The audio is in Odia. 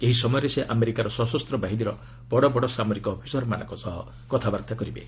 ଏହି ସମୟରେ ସେ ଆମେରିକାର ସଶସ୍ତ ବାହିନୀର ବଡ ବଡ ସାମରିକ ଅଫିସରମାନଙ୍କ ସହ କଥାବାର୍ତ୍ତା କରିବେ